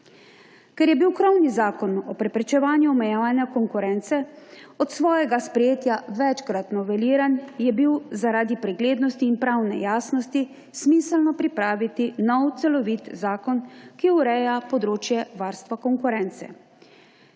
Ker je bil krovni zakon o preprečevanju omejevanja konkurence od svojega sprejetja večkrat noveliran, je bilo zaradi preglednosti in pravne jasnosti smiselno pripraviti nov celovit zakon, ki ureja področje varstva konkurence.